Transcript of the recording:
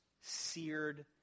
seared